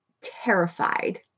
terrified